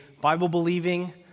Bible-believing